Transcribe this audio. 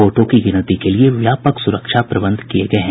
वोटों की गिनती के लिए व्यापक सुरक्षा प्रबंध किए गए हैं